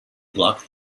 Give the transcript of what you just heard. block